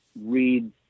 read